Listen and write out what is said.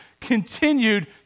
continued